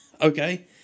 Okay